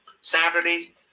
Saturday